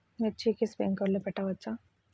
మిర్చికి స్ప్రింక్లర్లు పెట్టవచ్చా?